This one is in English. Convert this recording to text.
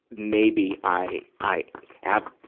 maybe, i, i have,